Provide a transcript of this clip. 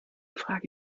frage